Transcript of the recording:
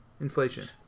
inflation